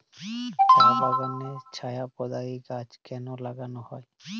চা বাগানে ছায়া প্রদায়ী গাছ কেন লাগানো হয়?